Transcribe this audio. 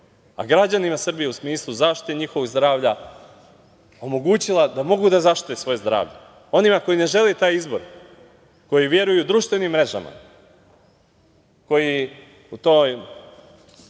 a građanima Srbije u smislu zaštite njihovog zdravlja omogućila da mogu da zaštite svoje zdravlje. Onima koji ne žele taj izbor, koji veruju društvenim mrežama, koji u tim